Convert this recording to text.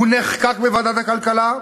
הוא נחקק בוועדת הכלכלה,